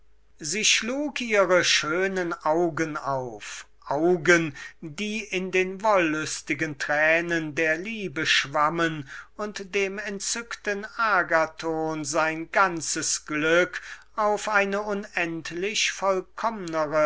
sie schlug ihre schönen augen auf augen die in den wollüstigen tränen der liebe schwammen und dem entzückten agathon sein ganzes glück auf eine unendlich